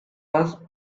must